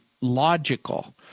logical